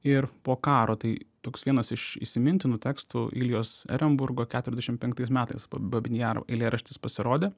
ir po karo tai toks vienas iš įsimintinų tekstų iljos erenburgo keturiasdešim penktais metais ba babyn jaro eilėraštis pasirodė